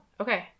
Okay